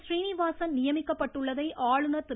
றீனிவாசன் நியமிக்கப்பட்டுள்ளதை ஆளுநர் திரு